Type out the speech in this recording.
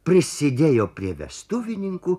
prisidėjo prie vestuvininkų